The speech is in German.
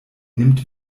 nimmt